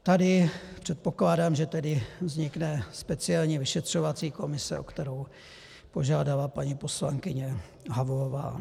Tady předpokládám, že tedy vznikne speciální vyšetřovací komise, o kterou požádala paní poslankyně Havlová.